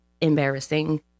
embarrassing